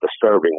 disturbing